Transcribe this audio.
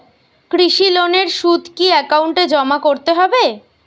কৃষি লোনের সুদ কি একাউন্টে জমা করতে হবে?